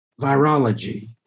virology